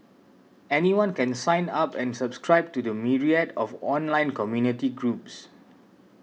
anyone can sign up and subscribe to the myriad of online community groups